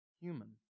human